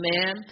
Amen